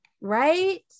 Right